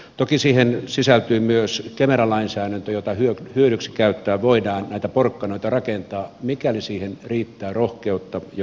toki siihen sisältyy myös kemera lainsäädäntö jota hyödyksi käyttäen voidaan näitä porkkanoita rakentaa mikäli siihen riittää rohkeutta ja uskallus